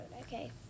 okay